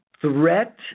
threat